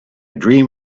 dream